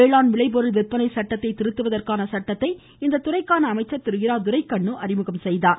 வேளாண் விளைபொருள் விற்பனை சட்டத்தை திருத்துவதற்கான சட்டத்தை இத்துறைக்கான அமைச்சர் திரு இரா துரைக்கண்ணு அறிமுகப்படுத்தினார்